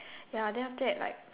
ya then after that like